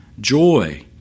joy